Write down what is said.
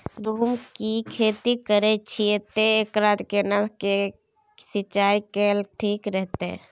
गेहूं की खेती करे छिये ते एकरा केना के सिंचाई कैल ठीक रहते?